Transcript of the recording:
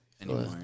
anymore